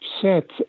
set